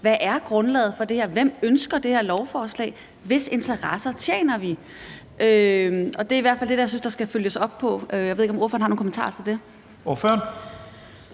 Hvad er grundlaget for det her, og hvem ønsker det her lovforslag, og hvis interesser tjener vi? Det er i hvert fald ting, som jeg synes at der skal følges op på. Jeg ved ikke, om ordføreren har nogle kommentarer til det. Kl.